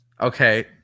Okay